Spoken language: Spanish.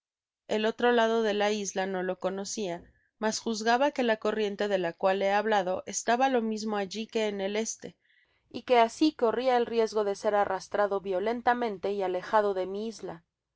el otro lado de la isla no lo conocia mas juzgaba que la corriente de la cual he hablado estaba lo mismo alli que en el este y que asi corria el riesgo de ser arrastrado violentamente y alejado de mi